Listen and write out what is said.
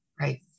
Right